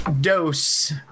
dose